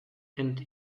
and